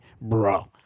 bro